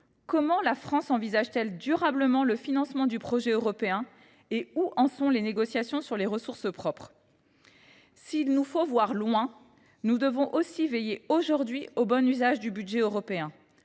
Comment la France envisage t elle durablement le financement du projet européen et où en sont les négociations sur les ressources propres ? Par ailleurs, s’il nous faut voir loin, nous devons aussi veiller dès aujourd’hui au bon usage du budget européen.